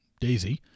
Daisy